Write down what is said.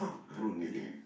p~ prune is it